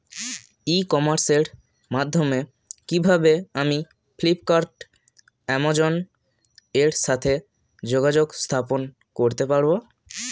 ই কমার্সের মাধ্যমে কিভাবে আমি ফ্লিপকার্ট অ্যামাজন এর সাথে যোগাযোগ স্থাপন করতে পারব?